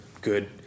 good